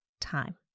time